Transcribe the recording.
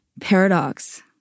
paradox